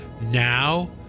now